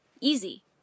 Easy